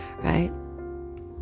Right